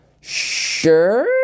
Sure